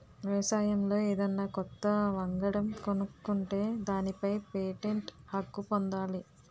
వ్యవసాయంలో ఏదన్నా కొత్త వంగడం కనుక్కుంటే దానిపై పేటెంట్ హక్కు పొందాలి